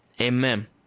Amen